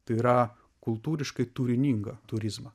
tai yra kultūriškai turiningą turizmą